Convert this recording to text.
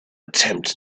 attempt